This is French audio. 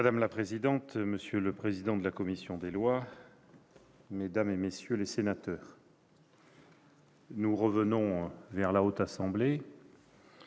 Madame la présidente, monsieur le président de la commission des lois, mesdames, messieurs les sénateurs, nous revenons devant la Haute Assemblée